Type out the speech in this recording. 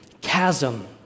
chasm